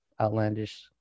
outlandish